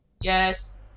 Yes